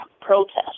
protest